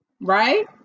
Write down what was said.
right